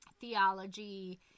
theology